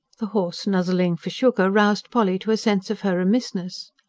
the horse nuzzling for sugar roused polly to a sense of her remissness.